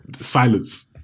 silence